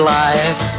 life